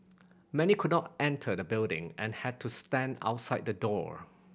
many could not enter the building and had to stand outside the door